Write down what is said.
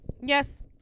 Yes